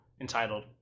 entitled